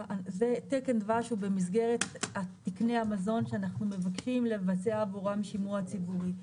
תקן דבש הוא במסגרת תקני המזון שאנחנו מבקשים לבצע עבורם שימוע ציבורי.